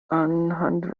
anhand